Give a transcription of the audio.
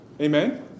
Amen